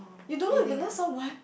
you don't know if you love someone